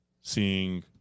seeing